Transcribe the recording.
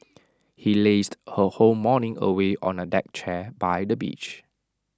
he lazed her whole morning away on A deck chair by the beach